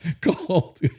cold